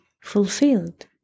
fulfilled